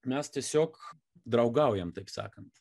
mes tiesiog draugaujam taip sakant